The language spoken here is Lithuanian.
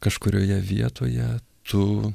kažkurioje vietoje tu